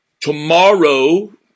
tomorrow